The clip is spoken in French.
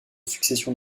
succession